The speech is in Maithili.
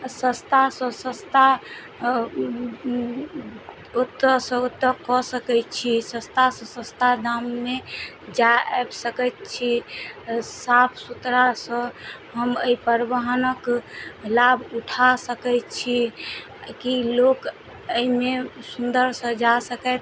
सस्तासँ सस्ता ओतऽ सँ ओतऽ कऽ सकय छी सस्तासँ सस्ता दाममे जा आबि सकैत छी साफ सुथरासँ हम अइ परिवहनक लाभ उठा सकय छी की लोक अइमे सुन्दरसँ जा सकैत